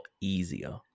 easier